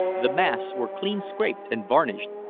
the masts were clean-scraped and varnished,